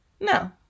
No